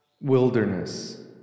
Wilderness